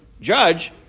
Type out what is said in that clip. judge